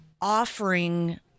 offering